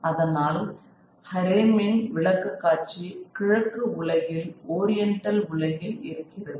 அதனால் ஹரேமீன் விளக்கக்காட்சி கிழக்கு உலகில் ஓரியண்டல் உலகில் இருக்கிறது